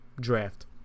draft